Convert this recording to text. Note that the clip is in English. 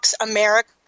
America